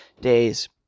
days